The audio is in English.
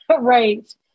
Right